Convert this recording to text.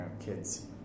kids